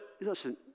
listen